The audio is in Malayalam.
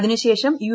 അതിനുശേഷം യു